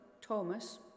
Thomas